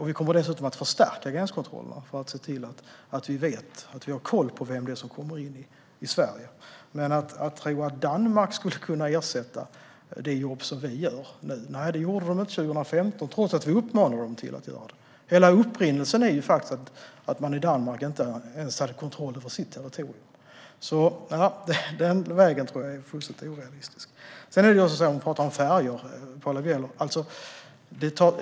Vi kommer dessutom att förstärka gränskontrollerna för att se till att vi har koll på vem som kommer in i Sverige. När det gäller att tro att Danmark skulle kunna göra det jobb vi gör nu gjorde de inte detta 2015, trots att vi uppmanade dem till det. Hela upprinnelsen är ju att Danmark inte ens hade kontroll över sitt territorium. Den vägen tror jag är fullständigt orealistisk. Paula Bieler talade om färjor.